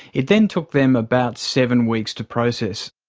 it then took them about seven weeks to process.